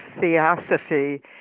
theosophy